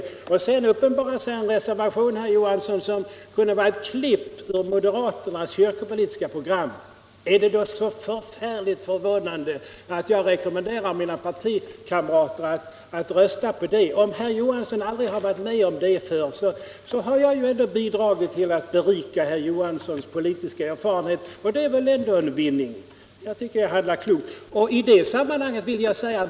Sedan, herr Johansson, uppenbarade sig en reservation som kunde vara klippt ur moderaternas kyrkopolitiska program. Är det då så förvånande att jag rekommenderade mina partikamrater att rösta på den? Om herr Johansson aldrig har varit med om sådant förut, har jag bidragit till att berika herr Johanssons politiska erfarenhet. Det är väl ändå en vinning. Jag tycker att jag handlade klokt.